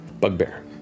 bugbear